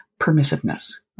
permissiveness